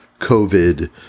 COVID